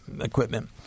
equipment